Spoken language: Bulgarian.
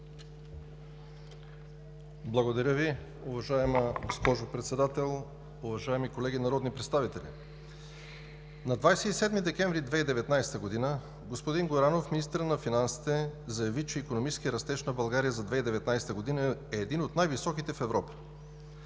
Благодаря Ви. Уважаема госпожо Председател, уважаеми колеги народни представители! На 27 декември 2019 г. господин Горанов – министър на финансите, заяви, че икономическият растеж на България за 2019 г. е един от най-високите в Европа.